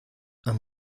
and